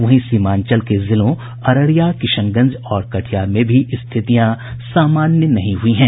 वहीं सीमांचल के जिलों अररिया किशनगंज और कटिहार में भी स्थितियां सामान्य नहीं हुई है